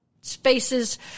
spaces